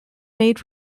made